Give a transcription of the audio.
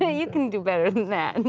yeah you can do better than that. and